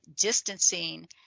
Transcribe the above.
distancing